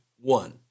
one